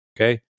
Okay